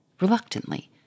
reluctantly